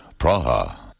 Praha